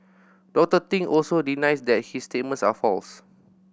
Doctor Ting also denies that his statements are false